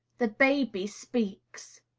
the baby speaks!